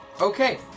Okay